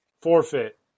Forfeit